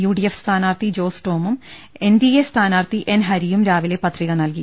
UDF സ്ഥാനാർത്ഥി ജോസ് ടോമും N D A സ്ഥാനാർത്ഥി എൻ ഹരിയും രാവിലെ പത്രിക നൽകി